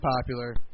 popular